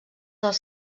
dels